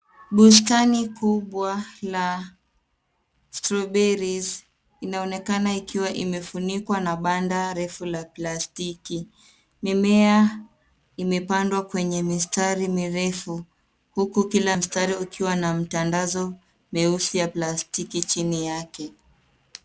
Bustani kubwa la strawberries inaonekana ikiwa imefunikwa na banda refu la plastiki. Mimea imepandwa kwenye mistari mirefu huku kila mstari ukiwa na mtandazo meusi ya plastiki chini yake.